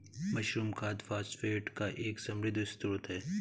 mushroom खाद phosphate का एक समृद्ध स्रोत है